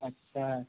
अच्छा